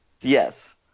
Yes